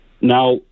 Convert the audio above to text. Now